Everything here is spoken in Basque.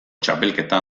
txapelketa